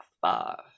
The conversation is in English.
five